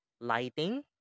Lighting